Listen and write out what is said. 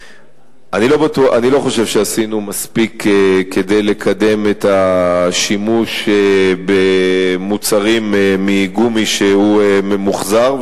אני לא חושב שעשינו מספיק כדי לקדם את השימוש במוצרים מגומי ממוחזר.